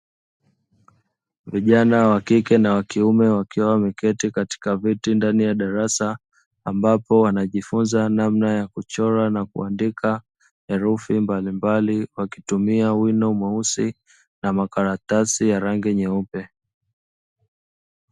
Vijana wa kike na kiume wakiwa wameketi katika viti ndani ya darasa. Ambapo wanajifunza namna ya kuchora na kuandika herufi mbalimbali wakitumia wino mweusi na makaratasi ya rangi nyeupe.